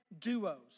duos